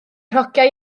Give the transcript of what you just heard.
hogiau